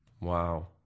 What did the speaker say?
Wow